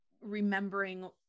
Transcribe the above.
remembering